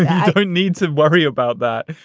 i don't need to worry about that.